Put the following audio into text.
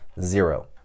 zero